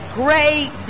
great